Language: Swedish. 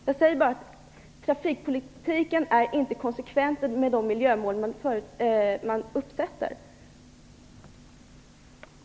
Jag säger bara att trafikpolitiken inte stämmer med de miljömål man ställer upp.